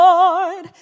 Lord